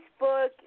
Facebook